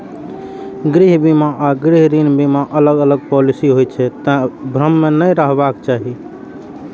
गृह बीमा आ गृह ऋण बीमा अलग अलग पॉलिसी होइ छै, तें भ्रम मे नै रहबाक चाही